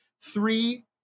Three